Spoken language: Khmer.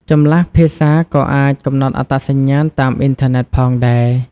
ចម្លាស់ភាសាក៏អាចកំណត់អត្តសញ្ញាណតាមអ៊ីនធឺណិតផងដែរ។